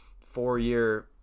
four-year